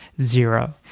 zero